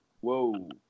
Whoa